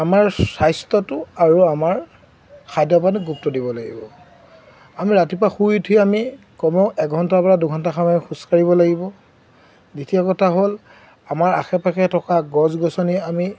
আমাৰ স্বাস্থ্যটো আৰু আমাৰ খাদ্যৰ কাৰণে গুৰুত্ব দিব লাগিব আমি ৰাতিপুৱা শুই উঠি আমি কমেও এঘণ্টাৰপৰা দুঘণ্টা সময় খোজকাঢ়িব লাগিব দ্বিতীয় কথা হ'ল আমাৰ আশে পাশে থকা গছ গছনি আমি